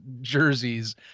jerseys